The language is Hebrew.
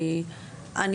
אני